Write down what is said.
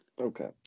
Okay